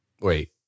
Wait